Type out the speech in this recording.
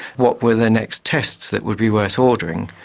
what were the next tests that would be worth ordering.